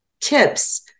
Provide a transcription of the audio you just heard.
tips